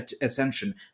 Ascension